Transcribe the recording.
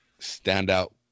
standout